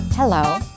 Hello